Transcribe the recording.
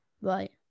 Right